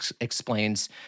explains